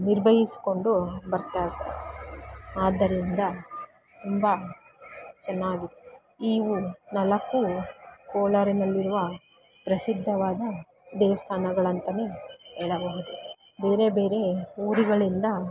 ನಿರ್ವಹಿಸಿಕೊಂಡು ಬರ್ತಾ ಇದೆ ಆದ್ದರಿಂದ ತುಂಬ ಚೆನ್ನಾಗಿದೆ ಇವು ನಾಲ್ಕೂ ಕೋಲಾರಿನಲ್ಲಿರುವ ಪ್ರಸಿದ್ಧವಾದ ದೇವಸ್ಥಾನಗಳಂತನೇ ಹೇಳಬಹುದು ಬೇರೆ ಬೇರೆ ಊರುಗಳಿಂದ